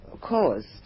caused